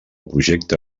projecte